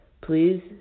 Please